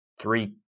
three